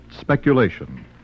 speculation